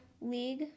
league